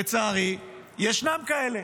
לצערי ישנם כאלה,